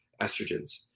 estrogens